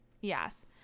Yes